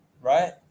right